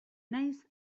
naiz